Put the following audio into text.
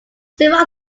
several